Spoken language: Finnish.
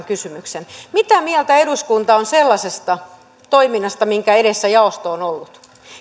kysymyksen mitä mieltä eduskunta on sellaisesta toiminnasta minkä edessä jaosto on ollut